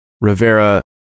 Rivera